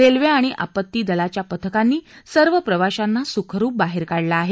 railway आणि आपत्ती दलाच्या पथकांनी सर्व प्रवाशांना सुखरूप बाहेर काढलं आहे